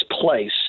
place